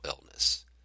illness